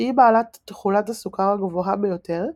שהיא בעלת תכולת הסוכר הגבוהה ביותר,